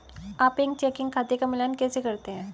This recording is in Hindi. आप एक चेकिंग खाते का मिलान कैसे करते हैं?